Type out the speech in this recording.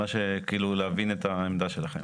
כדי להבין את העמדה שלכם.